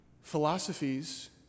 philosophies